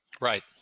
Right